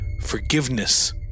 forgiveness